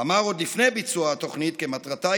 אמר עוד לפני ביצוע התוכנית כי מטרתה